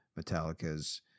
Metallica's